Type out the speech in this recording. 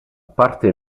parte